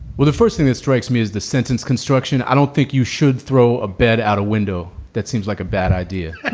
well, the first thing that strikes me is the sentence construction. i don't think you should throw a bed out a window. that seems like a bad idea.